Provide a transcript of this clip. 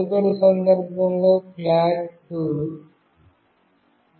తదుపరి సందర్భంలో ఫ్లాగ్ 2